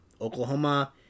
Oklahoma